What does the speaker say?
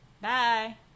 Bye